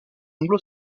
anglo